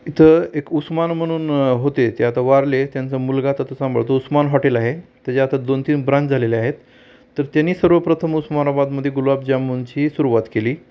इथं एक उस्मान म्हणून होते ते आता वारले त्यांचं मुलगा आता ते सांभाळतो उस्मान हॉटेल आहे त्याचे आता दोन तीन ब्रांच झालेले आहेत तर त्यानी सर्वप्रथम उस्मााराबादमध्ये गुलाबजामूनची सुरुवात केली